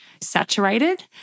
saturated